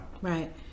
right